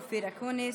אופיר אקוניס,